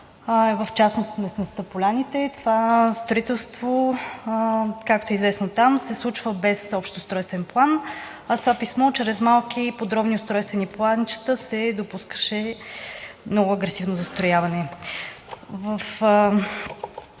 в частност местността „Поляните“. Това строителство, както е известно там, се случва без Общ устройствен план, а с това писмо чрез малки подробни устройствени планчета се допускаше много агресивно застрояване.